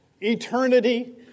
eternity